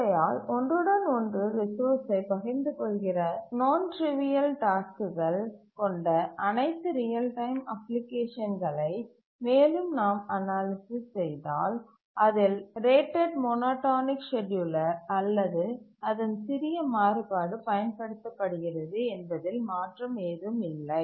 ஆகையால் ஒன்றுடன் ஒன்று ரிசோர்ஸ்யை பகிர்ந்துகொள்கிற நான்ட்டிறிவியல் டாஸ்க்குகள் கொண்ட அனைத்து ரியல் டைம் அப்ளிகேஷன்கலை மேலும் நாம் அனாலிசிஸ் செய்தால் அதில் ரேட்டட் மோனோடோனிக் ஸ்கேட்யூலர் அல்லது அதன் சிறிய மாறுபாடு பயன்படுத்த படுகிறது என்பதில் மாற்றம் ஏதும் இல்லை